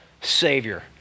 Savior